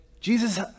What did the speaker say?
Jesus